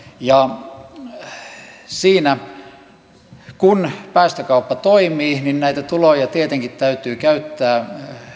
ja kun päästökauppa toimii niin näitä tuloja tietenkin täytyy käyttää